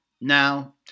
Now